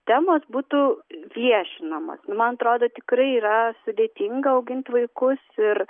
temos būtų viešinamos man atrodo tikrai yra sudėtinga auginti vaikus ir